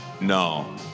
No